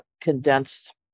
condensed